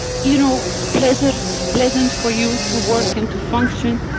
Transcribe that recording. you know, pleasant pleasant for you to work and to function.